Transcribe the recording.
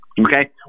Okay